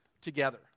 together